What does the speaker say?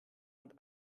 und